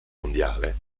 mondiale